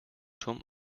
turm